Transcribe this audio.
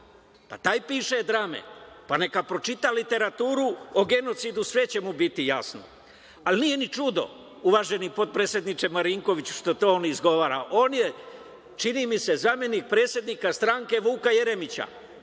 Taj piše drame? Pa, neka pročita literaturu o genocidu, sve će mu biti jasno. Ali, nije ni čudo, uvaženi potpredsedniče Marinkoviću, što to on izgovara. On je, čini mi se, zamenik predsednika stranke Vuka Jeremića,